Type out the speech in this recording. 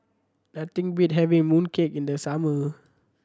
nothing beat having mooncake in the summer